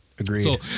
Agreed